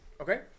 Okay